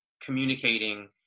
communicating